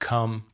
Come